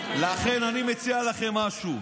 לכן אני מציע לכם משהו.